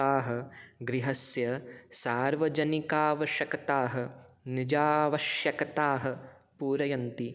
ताः गृहस्य सार्वजनिकावश्यकताः निजावश्यकताः पूरयन्ति